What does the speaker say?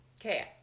Okay